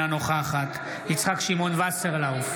אינה נוכחת יצחק שמעון וסרלאוף,